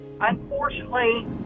unfortunately